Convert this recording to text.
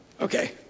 okay